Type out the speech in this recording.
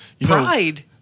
Pride